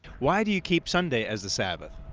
why do you keep sunday as the sabbath?